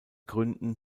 gründen